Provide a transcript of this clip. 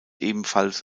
ebenfalls